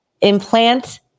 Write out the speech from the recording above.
implant